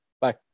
Bye